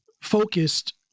focused